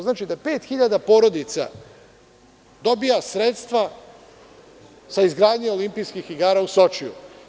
Znači da 5 hiljada porodica dobija sredstva za izgradnju olimpijskih igara u Sočiju.